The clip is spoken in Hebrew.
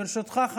ברשותך,